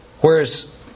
Whereas